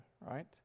right